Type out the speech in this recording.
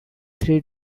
three